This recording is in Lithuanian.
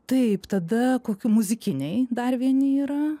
taip tada kokių muzikiniai dar vieni yra